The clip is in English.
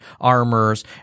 armors